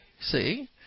See